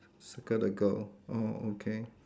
circle the girl oh okay